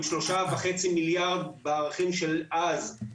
עם 3.5 מיליארד דולר נזק בערכים של אז.